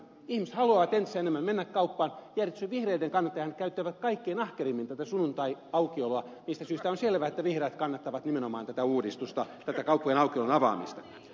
ihmiset haluavat entistä enemmän mennä kauppaan ja erityisesti vihreiden kannattajat käyttävät kaikkein ahkerimmin tätä sunnuntaiaukioloa mistä syystä on selvää että vihreät kannattavat nimenomaan tätä uudistusta tätä kauppojen aukiolojen avaamista